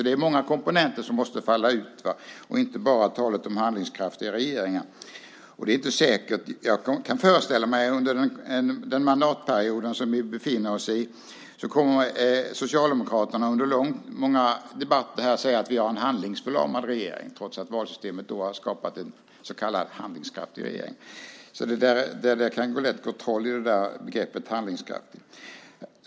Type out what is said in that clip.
Det är många komponenter som ska till, inte bara talet om handlingskraftiga regeringar. Jag kan föreställa mig att under den mandatperiod som vi befinner oss i kommer Socialdemokraterna att under många debatter säga att vi har en handlingsförlamad regering, trots att valsystemet har skapat en så kallad handlingskraftig regering. Det kan lätt gå troll i begreppet handlingskraftig.